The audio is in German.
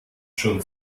schon